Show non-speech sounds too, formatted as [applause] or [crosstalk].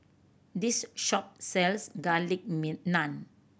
this shop sells garlic [unintelligible] naan